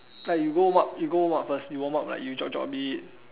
like you go warm up you go warm up first you warm up like you jog jog a bit